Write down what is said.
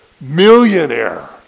millionaire